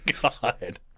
God